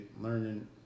learning